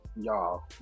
y'all